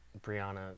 Brianna